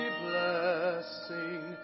blessing